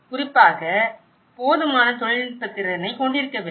குறிப்பாக போதுமான தொழில்நுட்ப திறனைக் கொண்டிருக்கவில்லை